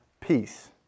peace